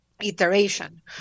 iteration